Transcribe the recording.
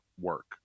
work